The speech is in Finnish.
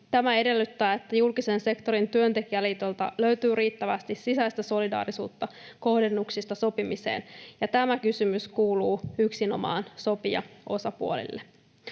Tämä edellyttää, että julkisen sektorin työntekijäliitoilta löytyy riittävästi sisäistä solidaarisuutta kohdennuksista sopimiseen. Ja tämä kysymys kuuluu yksinomaan sopijaosapuolille.